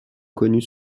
connues